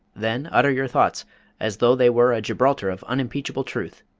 then utter your thoughts as though they were a gibraltar of unimpeachable truth.